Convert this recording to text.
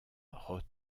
roth